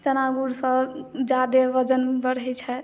चना गुड़सँ ज्यादा वजन बढ़ै छै